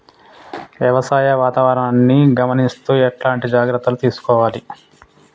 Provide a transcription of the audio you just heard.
వ్యవసాయ వాతావరణాన్ని గమనిస్తూ ఎట్లాంటి జాగ్రత్తలు తీసుకోవాలే?